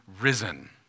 risen